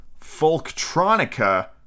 folktronica